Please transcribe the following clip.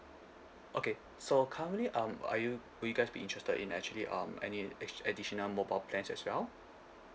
okay so currently um are you will you guys be interested in actually um any additional mobile plans as well